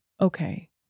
okay